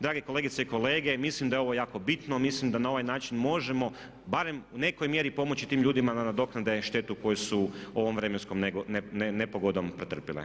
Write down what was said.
Drage kolegice i kolege mislim da je ovo jako bitno, mislim da na ovaj način možemo barem u nekoj mjeri pomoći tim ljudima da nadoknade štetu koju su ovom vremenskom nepogodom pretrpile.